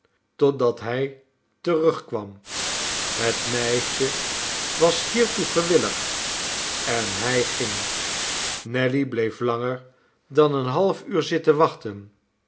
totdat hij terugkwam het meisje was niertoe gewillig en hij ging nelly bleef langer dan een half uur zitten wachten